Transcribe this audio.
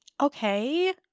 Okay